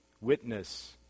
witness